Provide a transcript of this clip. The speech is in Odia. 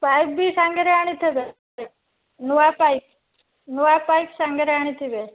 ପାଇପ୍ ବି ସାଙ୍ଗରେ ଆଣିଥିବେ ନୂଆ ପାଇପ୍ ନୂଆ ପାଇପ୍ ସାଙ୍ଗରେ ଆଣିଥିବେ